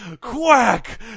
quack